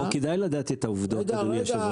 פה כדאי לדעת את העובדות, אדוני היושב-ראש.